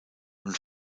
und